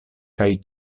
kaj